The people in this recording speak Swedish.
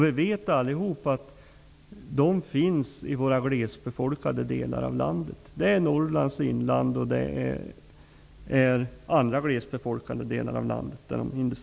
Vi vet allihop att de finns i de glesbefolkade delarna av landet. De finns i Norrlands inland och i andra glesbefolkade delar av landet.